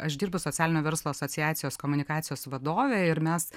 aš dirbu socialinio verslo asociacijos komunikacijos vadove ir mes